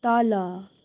तल